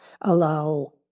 allow